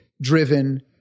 driven